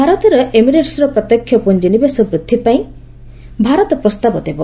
ଭାରତରେ ଏମିରେଟ୍ସର ପ୍ରତ୍ୟକ୍ଷ ପୁଞ୍ଜିନିବେଶ ବୃଦ୍ଧି ପାଇଁ ଭାରତ ପ୍ରସ୍ତାବ ଦେବ